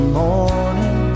morning